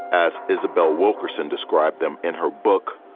as isabel wilkerson described them in her book,